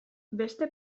beste